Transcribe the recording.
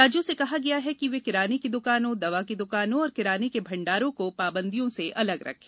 राज्यों से कहा गया है कि वे किराने की दुकानों दवा की दुकानों और किराने के भंडारों को पाबंदियों से अलग रखें